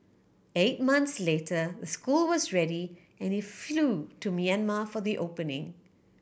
eight months later the school was ready and he flew to Myanmar for the opening